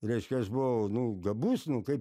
reiškia aš buvau nu gabus nu kaip